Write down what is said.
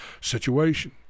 situation